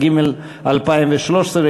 התשע"ג 2013,